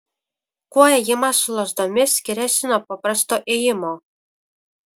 kuo ėjimas su lazdomis skiriasi nuo paprasto ėjimo